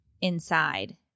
inside